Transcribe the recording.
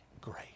great